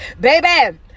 baby